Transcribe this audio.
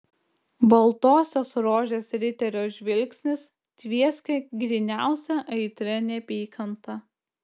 baltosios rožės riterio žvilgsnis tvieskė gryniausia aitria neapykanta